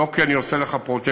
לא כי אני עושה לך פרוטקציה,